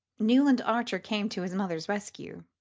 newland archer came to his mother's rescue.